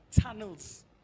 tunnels